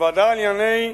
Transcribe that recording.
בוועדה לענייני